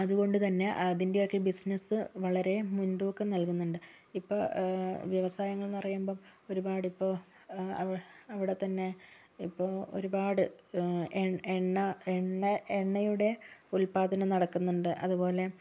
അതുകൊണ്ടുതന്നെ അതിൻ്റെയൊക്കെ ബിസിനസ്സ് വളരെ മുൻതൂക്കം നൽകുന്നുണ്ട് ഇപ്പോൾ വ്യവസായങ്ങളെന്ന് പറയുമ്പോൾ ഒരുപാടിപ്പോൾ അവിടെത്തന്നെ ഇപ്പോൾ ഒരുപാട് എണ്ണ എണ്ണ എണ്ണയുടെ ഉത്പാദനം നടക്കുന്നുണ്ട് അതുപോലെ